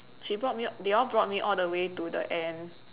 she brought me they all brought me all the way to the end